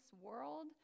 world